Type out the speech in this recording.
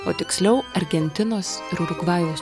o tiksliau argentinos ir urugvajaus